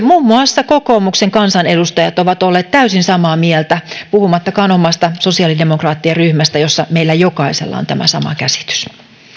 muun muassa kokoomuksen kansanedustajat ovat olleet täysin samaa mieltä puhumattakaan omasta sosiaalidemokraattien ryhmästä jossa meillä jokaisella on tämä sama käsitys